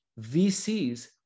VCs